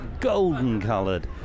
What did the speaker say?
golden-coloured